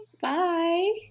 bye